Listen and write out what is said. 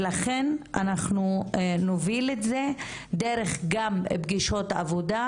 ולכן אנחנו נוביל את זה דרך גם פגישות עבודה,